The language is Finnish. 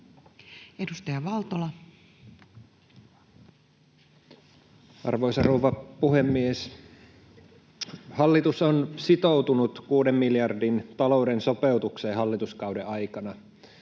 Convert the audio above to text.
Edustaja Valtola. Arvoisa rouva puhemies! Hallitus on sitoutunut kuuden miljardin talouden sopeutukseen hallituskauden aikana,